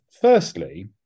Firstly